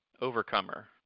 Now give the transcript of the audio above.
Overcomer